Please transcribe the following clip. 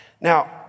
Now